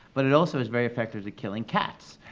but it also is very effective at killing cats.